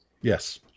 Yes